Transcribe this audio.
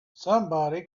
somebody